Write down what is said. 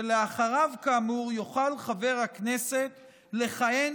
שאחריו כאמור יוכל חבר הכנסת לכהן